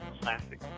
classic